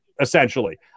essentially